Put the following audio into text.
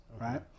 right